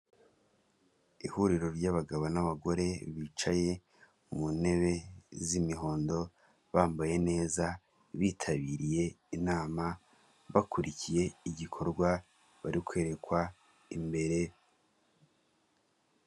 Ihuriro ry'abagabo n'abagore bicaye mu ntebe z'imihondo bambaye neza bitabiriye inama bakurikiye igikorwa bari kwerekwa imbere.